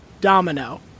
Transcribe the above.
Domino